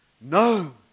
No